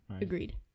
Agreed